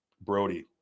Brody